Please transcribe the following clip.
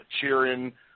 cheering